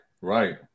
right